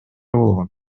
болгон